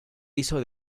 hizo